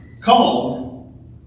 called